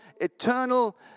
eternal